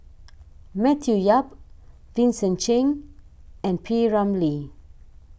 Matthew Yap Vincent Cheng and P Ramlee